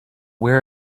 where